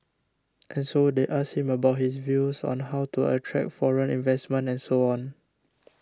and so they asked him about his views on how to attract foreign investment and so on